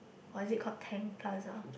or is it called Tang-Plaza